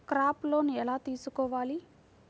Crop loan ఎలా తీసుకోవాలి?